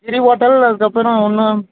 கிரி hotel அதுக்கப்புறம் இன்னும்